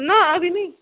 نَہ ابھی نہیں